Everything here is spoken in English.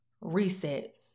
Reset